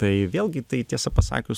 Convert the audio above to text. tai vėlgi tai tiesą pasakius